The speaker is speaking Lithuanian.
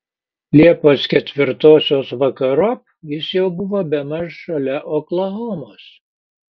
liepos ketvirtosios vakarop jis jau buvo bemaž šalia oklahomos